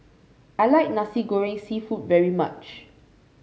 I like Nasi Goreng seafood very much